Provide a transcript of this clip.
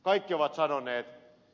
kaikki ovat sanoneet